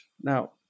Now